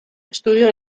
estudió